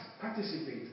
participate